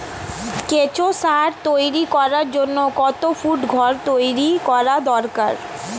কেঁচো সার তৈরি করার জন্য কত ফুট ঘর তৈরি করা দরকার?